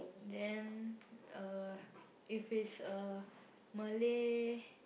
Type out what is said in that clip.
then uh if it's a Malay